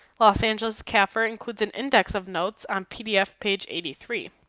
los angeles's cafr includes an index of notes on pdf page eighty three.